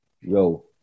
yo